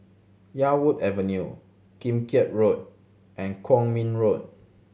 Yarwood Avenue Kim Keat Road and Kwong Min Road